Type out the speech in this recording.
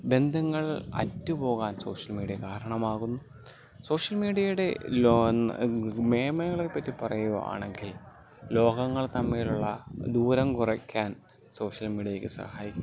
ബന്ധങ്ങൾ അറ്റു പോകാൻ സോഷ്യൽ മീഡിയ കാരണമാകുന്നു സോഷ്യൽ മീഡിയയുടെ മേന്മകളെപ്പറ്റി പറയുവാണെങ്കിൽ ലോകങ്ങൾ തമ്മിലുള്ള ദൂരം കുറക്കാൻ സോഷ്യൽ മീഡിയക സഹായിക്കുന്നു